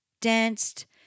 danced